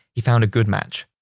he found a good match,